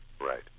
Right